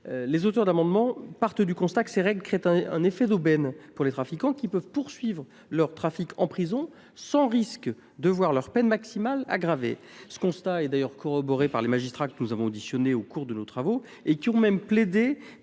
Les auteurs de l’amendement partent du constat que ces règles créent un effet d’aubaine pour les trafiquants, qui peuvent poursuivre leur trafic en prison sans risque de voir leur peine maximale aggravée. Ce constat est corroboré par des magistrats que nous avons auditionnés au cours de nos travaux et qui ont même plaidé